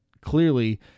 clearly